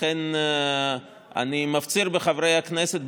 לכן אני מפציר בחברי הכנסת,